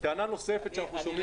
טענה נוספת שאנחנו שומעים היא